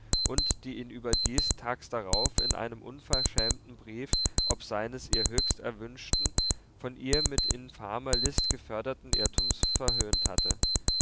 und die ihn überdies tags darauf in einem unverschämten brief ob seines ihr höchst erwünschten von ihr mit infamer list geförderten irrtums verhöhnt hatte